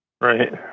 Right